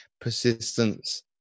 persistence